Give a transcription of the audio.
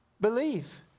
Believe